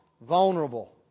vulnerable